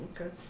Okay